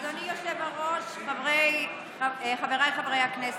אדוני היושב-ראש, חבריי חברי הכנסת,